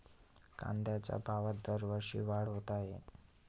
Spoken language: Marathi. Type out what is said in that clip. कांद्याच्या भावात दरवर्षी वाढ होत आहे